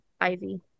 Ivy